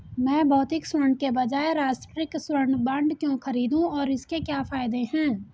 मैं भौतिक स्वर्ण के बजाय राष्ट्रिक स्वर्ण बॉन्ड क्यों खरीदूं और इसके क्या फायदे हैं?